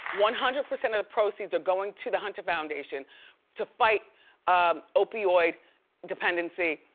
one hundred percent of the proceeds are going to the hunter foundation to fight opioid dependency,